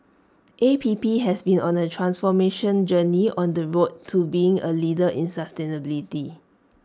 A P P has been on A transformation journey on the road to being A leader in sustainability